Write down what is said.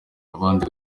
abandi